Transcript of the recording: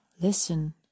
Listen